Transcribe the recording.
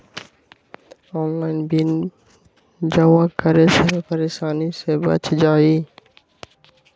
Online bill जमा करे से परेशानी से बच जाहई?